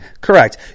Correct